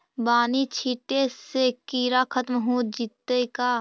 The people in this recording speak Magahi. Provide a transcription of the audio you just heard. बानि छिटे से किड़ा खत्म हो जितै का?